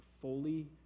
fully